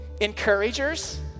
encouragers